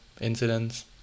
incidents